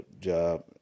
job